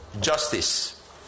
justice